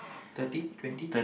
thirty twenty